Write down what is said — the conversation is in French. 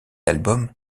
album